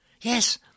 Yes